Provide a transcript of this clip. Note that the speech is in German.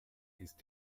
ist